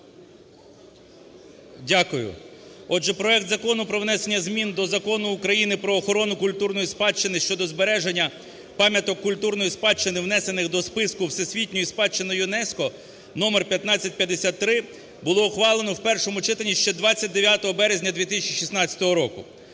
Дякую. Отже, проект Закону про внесення змін до Закону України "Про охорону культурної спадщини" (щодо збереження пам'яток культурної спадщини, внесених до Списку всесвітньої спадщини ЮНЕСКО)(№ 1553), було ухвалено в першому читанні ще 29 березня 2016 року.